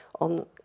on